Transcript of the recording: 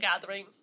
gathering